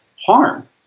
harm